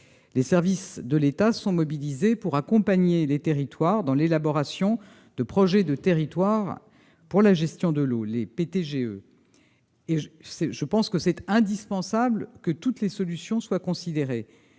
Les services de l'État sont mobilisés pour accompagner les territoires dans l'élaboration de projets de territoire pour la gestion de l'eau, les PTGE. Il est indispensable que toutes les solutions soient considérées.